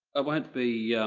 i won't be